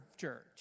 church